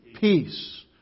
Peace